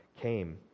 came